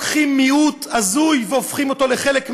לא לוקחים מיעוט הזוי והופכים אותו לחלק מהעם,